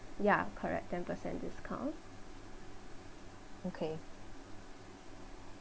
ya correct ten percent discount